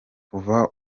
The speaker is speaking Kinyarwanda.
kuva